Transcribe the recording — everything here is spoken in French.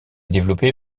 développé